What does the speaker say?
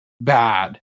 bad